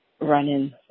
running